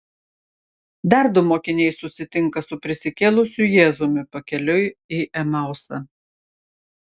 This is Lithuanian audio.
dar du mokiniai susitinka su prisikėlusiu jėzumi pakeliui į emausą